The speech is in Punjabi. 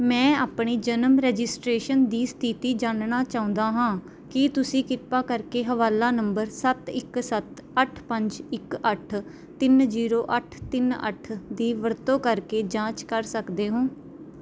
ਮੈਂ ਆਪਣੀ ਜਨਮ ਰਜਿਸਟ੍ਰੇਸ਼ਨ ਦੀ ਸਥਿਤੀ ਜਾਣਨਾ ਚਾਹੁੰਦਾ ਹਾਂ ਕੀ ਤੁਸੀਂ ਕਿਰਪਾ ਕਰਕੇ ਹਵਾਲਾ ਨੰਬਰ ਸੱਤ ਇੱਕ ਸੱਤ ਅੱਠ ਪੰਜ ਇੱਕ ਅੱਠ ਤਿੰਨ ਜੀਰੋ ਅੱਠ ਤਿੰਨ ਅੱਠ ਦੀ ਵਰਤੋਂ ਕਰਕੇ ਜਾਂਚ ਕਰ ਸਕਦੇ ਹੋ